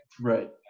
right